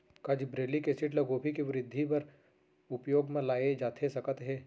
का gibberellic acid ल गोभी के वृद्धि बर उपयोग म लाये जाथे सकत हे?